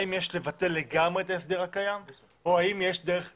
האם יש לבטלו לגמרי, או האם יש דרך אמצע,